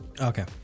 Okay